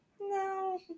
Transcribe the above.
no